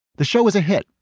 the show was a hit.